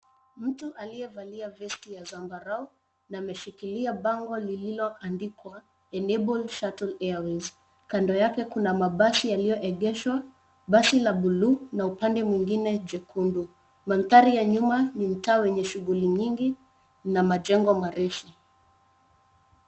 Mtu aliyevalia vesti ya zambarau na ameshikilia bango lililoandikwa Enabled Shuttle Airways . Kando yake kuna mabasi yaliyoegeshwa. Basi la bluu na upande mwingine jekundu. Mandhari ya nyuma ni mtaa wenye shughuli nyingi na majengo marefu.